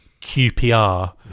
QPR